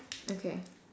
okay